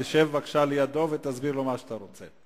תשב בבקשה לידו ותסביר לו מה שאתה רוצה.